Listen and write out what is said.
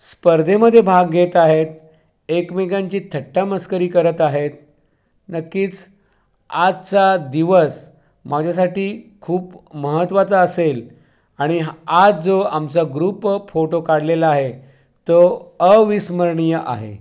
स्पर्धेमध्ये भाग घेत आहेत एकमेकांची थट्टा मस्करी करत आहेत नक्कीच आजचा दिवस माझ्यासाठी खूप महत्वाचा असेल आणि आज जो आमचा ग्रुप फोटो काढलेला आहे तो अविस्मरणीय आहे